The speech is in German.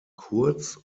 kurz